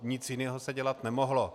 Nic jiného se dělat nemohlo.